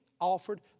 offered